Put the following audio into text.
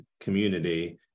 community